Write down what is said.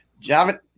Java